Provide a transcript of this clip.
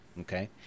okay